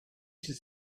should